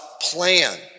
plan